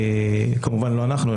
כמובן לא אנחנו,